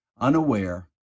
unaware